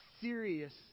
serious